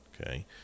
Okay